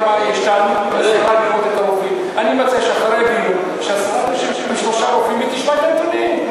אני מציע שאחרי הדיון השרה תשב עם שלושה רופאים ותשמע את הנתונים.